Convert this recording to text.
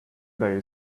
they